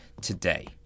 today